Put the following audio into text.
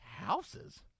houses